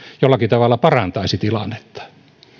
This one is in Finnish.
jollakin tavalla parantaisi tilannetta